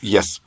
Yes